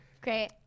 Great